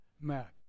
Matt